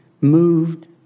moved